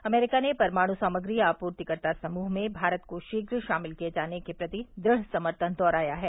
अमरीका ने परमाणु सामग्री आपूर्तिकर्ता समूह में भारत को शीघ्र शामिल किए जाने के प्रति दृढ़ समर्थन दोहराया है